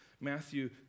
Matthew